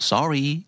Sorry